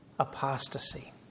apostasy